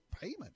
payment